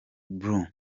blue